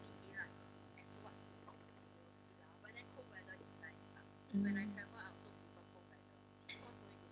mm